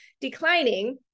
declining